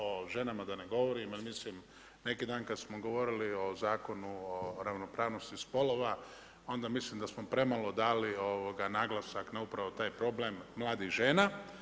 O ženama da ne govorim, jer mislim neki dan kad smo govorili o Zakonu o ravnopravnosti spolova onda mislim da smo premalo dali naglasak na upravo taj problem mladih žena.